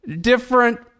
different